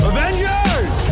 Avengers